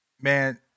man